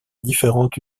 différentes